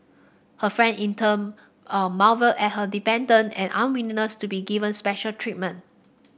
her friend in turn a marvelled at her independence and unwillingness to be given special treatment